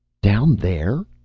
down there?